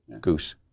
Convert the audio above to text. Goose